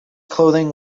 clothing